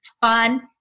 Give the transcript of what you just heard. fun